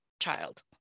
child